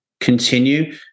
continue